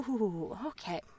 Okay